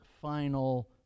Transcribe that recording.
final